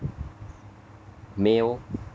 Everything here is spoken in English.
male